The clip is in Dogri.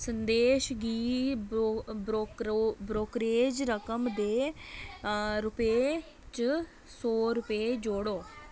संदेश गी ब्रोकरेज रकम दे रूपे च सौ रपेऽ जोड़ो